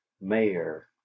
mayor